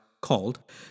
called